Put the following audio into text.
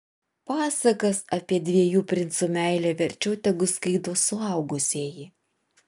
pasakas apie dviejų princų meilę verčiau tegu skaito suaugusieji